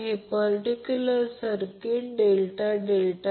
तर Vab VAB Vbc VBC Vca VCA